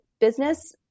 business